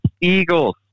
Eagles